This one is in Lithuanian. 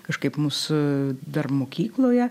kažkaip mūsų dar mokykloje